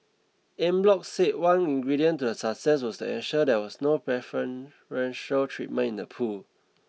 Eng Bock said one ingredient to the success was to ensure there was no preferential treatment in the pool